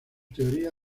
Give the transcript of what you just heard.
teoría